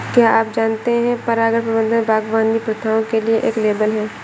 क्या आप जानते है परागण प्रबंधन बागवानी प्रथाओं के लिए एक लेबल है?